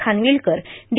Khanwilkar D